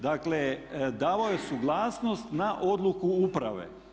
Dakle, davao je suglasnost na odluku uprave.